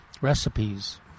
recipes